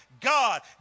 God